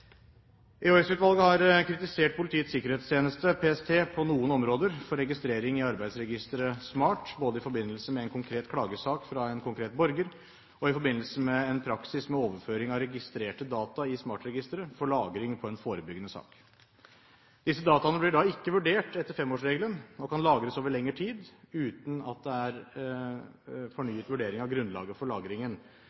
har kritisert Politiets sikkerhetstjeneste, PST, på noen områder for registrering i arbeidsregisteret SMART, både i forbindelse med en konkret klagesak fra en konkret borger og i forbindelse med en praksis med overføring av registrerte data i SMART-registeret for lagring på en forebyggende sak. Disse dataene blir da ikke vurdert etter femårsregelen, men kan lagres over lengre tid uten at det er